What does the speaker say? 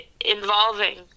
involving